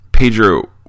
Pedro